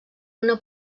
una